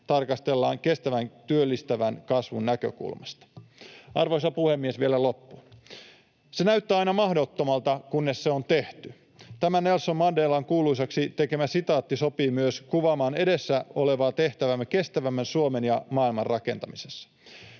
tarkastellaan kestävän työllistävän kasvun näkökulmasta. Arvoisa puhemies! Vielä loppuun: ”Se näyttää aina mahdottomalta, kunnes se on tehty.” Tämä Nelson Mandelan kuuluisaksi tekemä sitaatti sopii myös kuvaamaan edessä olevaa tehtäväämme kestävämmän Suomen ja maailman rakentamisessa.